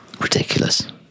ridiculous